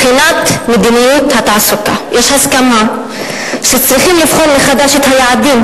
"בחינת מדיניות התעסוקה"; יש הסכמה שצריכים לבחון מחדש את היעדים,